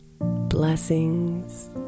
Blessings